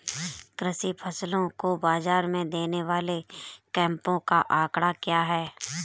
कृषि फसलों को बाज़ार में देने वाले कैंपों का आंकड़ा क्या है?